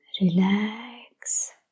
Relax